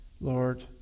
Lord